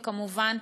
וכמובן,